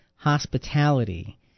hospitality